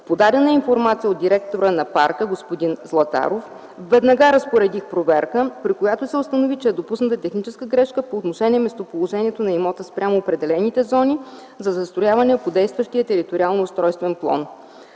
подадена информация от директора на парка господин Златарев, веднага разпоредих проверка, при която се установи, че е допусната техническа грешка по отношение местоположението на имота спрямо определените зони за застрояване по действащия териториално-устройствен план.